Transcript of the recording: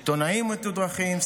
עיתונאים מתודרכים,